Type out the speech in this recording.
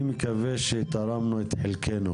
אני מקווה שתרמנו את חלקנו